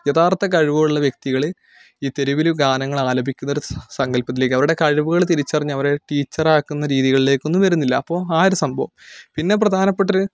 യഥാർത്ഥ കഴിവുകളുള്ള വ്യക്തികൾ ഈ തെരുവിൽ ഗാനങ്ങൾ ആലപിക്കുന്ന ഒരു സങ്കല്പത്തിലേക്ക് അവരുടെ കഴിവുകൾ തിരിച്ചറിഞ്ഞ് അവരെ ടീച്ചർ ആക്കുന്ന രീതികളിലേക്കൊന്നും വരുന്നില്ല അപ്പോൾ ആ ഒരു സംഭവം പിന്നെ പ്രധാനപ്പെട്ട ഒരു